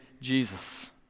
Jesus